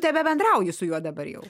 tebebendrauji su juo dabar jau